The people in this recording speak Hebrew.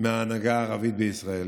מההנהגה הערבית בישראל,